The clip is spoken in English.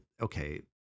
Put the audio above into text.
okay